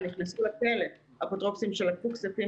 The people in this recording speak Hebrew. עכשיו נכנסו לכלא אפוטרופוסים שלקחו כספים